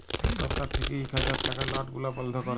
ছরকার থ্যাইকে ইক হাজার টাকার লট গুলা বল্ধ ক্যরে